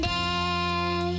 day